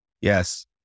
Yes